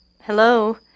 Hello